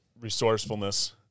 resourcefulness